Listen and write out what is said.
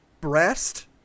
Breast